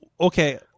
Okay